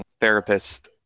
therapist